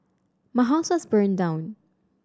my house was burned down